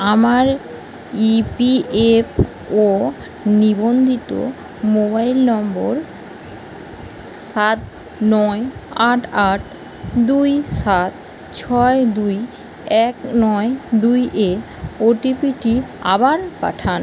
আমার ইপিএফও নিবন্ধিত মোবাইল নম্বর সাত নয় আট আট দুই সাত ছয় দুই এক নয় দুই এ ওটিপিটি আবার পাঠান